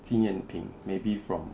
纪念品 maybe from